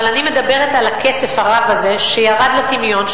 אבל אני מדברת על הכסף הרב הזה שירד לטמיון,